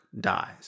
dies